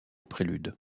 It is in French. prélude